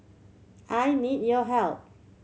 I need your help